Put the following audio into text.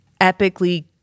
epically